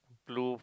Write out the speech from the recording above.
blue